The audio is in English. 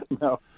No